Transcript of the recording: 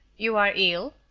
you are ill?